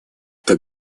так